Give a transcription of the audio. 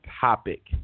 topic